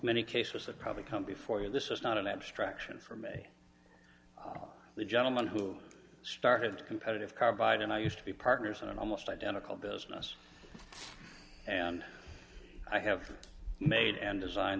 many cases that probably come before you this is not an abstraction for me the gentleman who started competitive carbide and i used to be partners in an almost identical business and i have made and designed